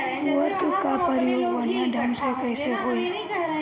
उर्वरक क प्रयोग बढ़िया ढंग से कईसे होई?